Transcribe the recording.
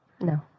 No